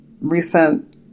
recent